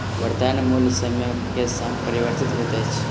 वर्त्तमान मूल्य समय के संग परिवर्तित होइत अछि